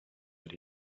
that